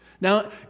Now